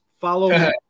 follow